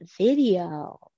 video